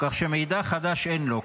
כך שמידע חדש אין לו.